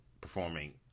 performing